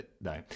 no